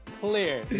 clear